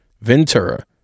Ventura